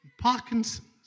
Parkinson's